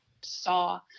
saw